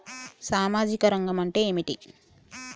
సామాజిక రంగం అంటే ఏమిటి?